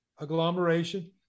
agglomeration